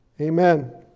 Amen